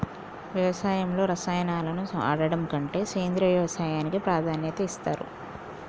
వ్యవసాయంలో రసాయనాలను వాడడం కంటే సేంద్రియ వ్యవసాయానికే ప్రాధాన్యత ఇస్తరు